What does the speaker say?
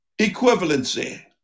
equivalency